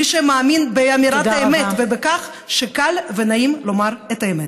למי שמאמין באמירת האמת ובכך שקל ונעים לומר את האמת.